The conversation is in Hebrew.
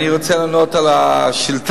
אני רוצה לענות על השאילתא,